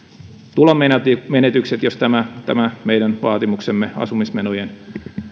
tulonmenetykset jos tämä tämä meidän vaatimuksemme asumismenojen